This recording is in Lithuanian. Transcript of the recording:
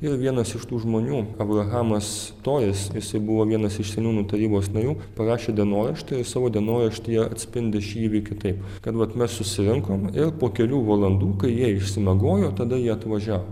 ir vienas iš tų žmonių abrahamas tojes jisai buvo vienas iš seniūnų tarybos narių parašė dienoraštį savo dienoraštyje atspindi šį įvykį taip kad vat mes susirinkom ir po kelių valandų kai jie išsimiegojo tada jie atvažiavo